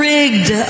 Rigged